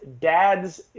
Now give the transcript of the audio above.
dads